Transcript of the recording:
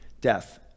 death